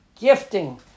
gifting